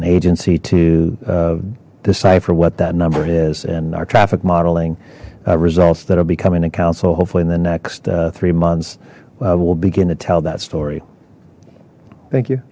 an agency to decipher what that number is and our traffic modeling results that'll be coming in council hopefully in the next three months will begin to tell that story thank you